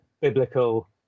biblical